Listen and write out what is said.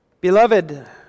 Beloved